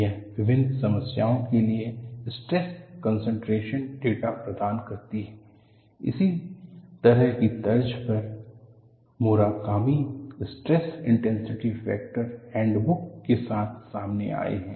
यह विभिन्न समस्याओं के लिए स्ट्रेस कनसंट्रेशन डेटा प्रदान करती है इसी तरह की तर्ज पर Murakami stress intensity factor handbook के साथ सामने आए हैं